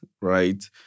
right